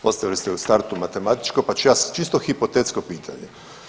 Postavili ste u startu matematičko, pa ću ja čisto hipotetsko pitanje.